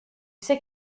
sais